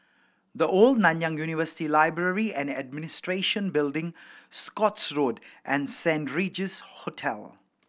The Old Nanyang University Library and Administration Building Scotts Road and Saint Regis Hotel